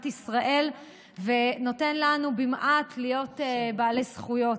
ישראל ונותן לנו במעט להיות בעלי זכויות.